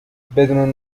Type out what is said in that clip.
بدون